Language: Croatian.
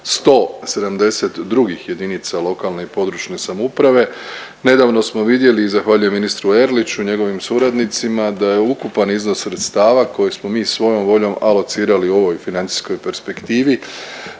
jedinica lokalne i područne samouprave. Nedavno smo vidjeli i zahvaljujem ministru Erliću i njegovim suradnicima da je ukupan iznos sredstava koje smo mi svojom voljom alocirali u ovoj financijskoj perspektivi